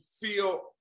feel